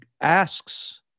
asks